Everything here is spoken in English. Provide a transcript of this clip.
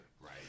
Right